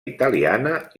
italiana